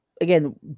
again